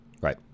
Right